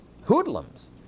hoodlums